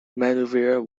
manoeuvre